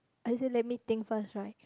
I say let me think first right